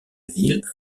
ville